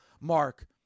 Mark